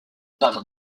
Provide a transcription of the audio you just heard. par